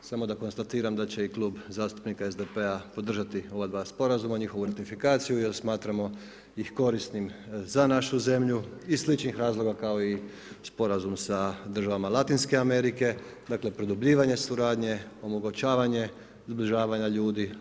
Samo da konstatiram da će i Klub zastupnika SDP-a podržati ova dva sporazuma, njihovu ratifikaciju jer smatramo ih korisnim za našu zemlju iz sličnih razloga kao i sporazum sa državama Latinske Amerike, dakle produbljivanje suradnje, omogućavanje zbližavanja ljudi.